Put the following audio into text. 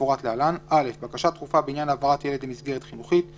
כמפורט להלן: (א) בקשה דחופה בעניין העברת ילד למסגרת חינוכית,